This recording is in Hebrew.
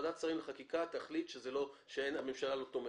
שוועדת שרים לחקיקה תחליט שהממשלה לא תומכת.